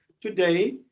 today